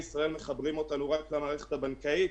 פה בישראל מחברים אותנו רק למערכת הבנקאית,